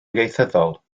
ieithyddol